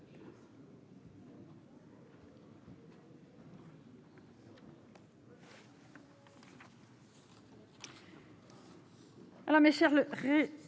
Merci,